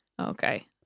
Okay